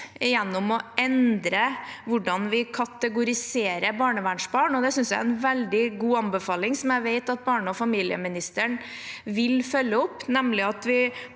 gjennom å endre hvordan vi kategoriserer barnevernsbarn, og det synes jeg er en veldig god anbefaling, som jeg vet at barne- og familieministeren vil følge opp – nemlig at vi